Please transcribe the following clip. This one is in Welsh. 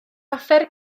offer